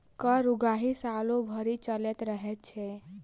कर उगाही सालो भरि चलैत रहैत छै